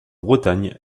bretagne